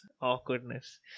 awkwardness